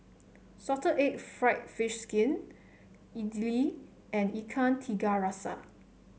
Salted Egg fried fish skin idly and Ikan Tiga Rasa